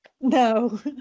No